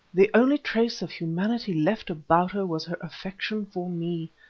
the only trace of humanity left about her was her affection for me.